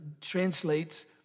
translates